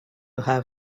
have